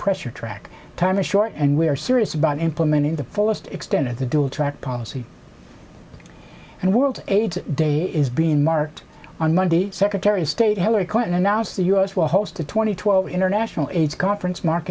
pressure track time is short and we are serious about implementing the fullest extent of the dual track policy and world aids day is being marked on monday secretary of state hillary clinton announced the u s will host the two thousand and twelve international aids conference mark